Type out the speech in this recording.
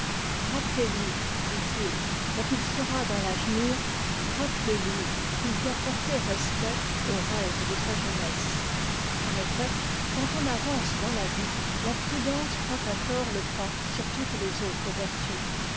espagnole rappelez lui dit it quand il sera dans t'âge mur rappelez lui qu'il doit porter respect aux rêves de sa jeunesse en effet quand on avance dans la vie la prudence prend à tort e pas sur toutes les autres vertus